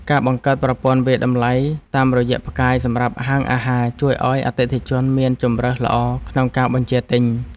ការបង្កើតប្រព័ន្ធវាយតម្លៃតាមរយ:ផ្កាយសម្រាប់ហាងអាហារជួយឱ្យអតិថិជនមានជម្រើសល្អក្នុងការបញ្ជាទិញ។